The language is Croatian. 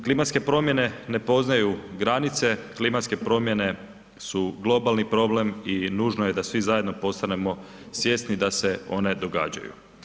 Klimatske promjene ne poznaju granice, klimatske promjene su globalni problem i nužno je da svi zajedno postanemo svjesni da se one događaju.